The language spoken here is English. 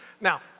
Now